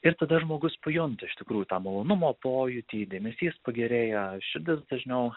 ir tada žmogus pajunta iš tikrųjų tą malonumo pojūtį dėmesys pagerėja širdis dažniau